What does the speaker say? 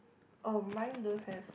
oh mine don't have